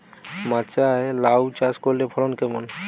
মাচায় লাউ চাষ করলে ফলন কেমন?